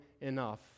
enough